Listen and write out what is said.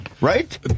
right